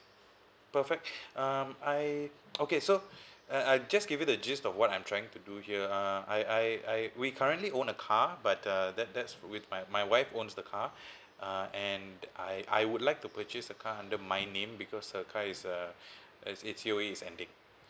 perfect uh I okay so I I just give you the gist of what I'm trying to do here uh I I we currently own a car but uh that that's with my my wife owns the car uh and I I would like to purchase a car under my name because her car is uh it's it's C_O_E is ending